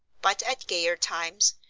but at gayer times,